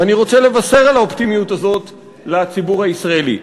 ואני רוצה לבשר על האופטימיות הזאת לציבור הישראלי: